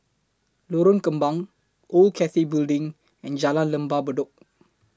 Lorong Kembang Old Cathay Building and Jalan Lembah Bedok